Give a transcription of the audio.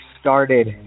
started